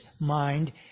mind